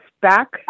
back